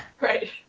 Right